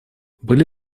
были